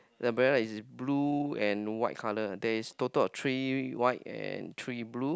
the umbrella is blue and white color there is a total of three white and three blue